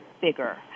bigger